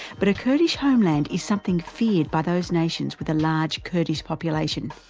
but a kurdish homeland is something feared by those nations with a large kurdish population,